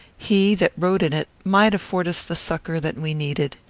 he that rode in it might afford us the succour that we needed.